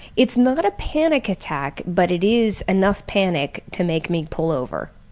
it's not a panic attack, but it is enough panic to make me pull over.